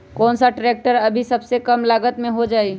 कौन सा ट्रैक्टर अभी सबसे कम लागत में हो जाइ?